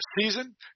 season